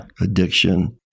addiction